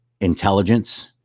intelligence